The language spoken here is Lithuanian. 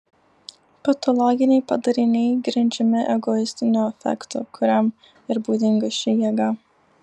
patologiniai padariniai grindžiami egoistiniu afektu kuriam ir būdinga ši jėga